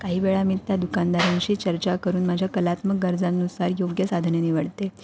काही वेळा मी त्या दुकान दारांशी चर्चा करून माझ्या कलात्मक गरजानुसार योग्य साधने निवडते